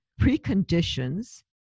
preconditions